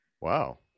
Wow